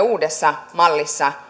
uudessa mallissa